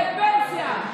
זה פנסיה.